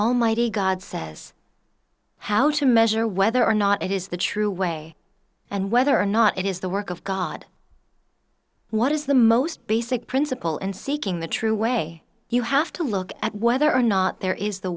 almighty god says how to measure whether or not it is the true way and whether or not it is the work of god what is the most basic principle in seeking the true way you have to look at whether or not there is the